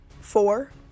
four